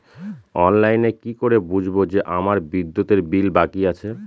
অনলাইনে কি করে বুঝবো যে আমার বিদ্যুতের বিল বাকি আছে?